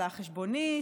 על החשבונית,